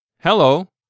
Hello